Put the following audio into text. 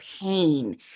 pain